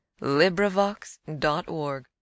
LibriVox.org